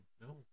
No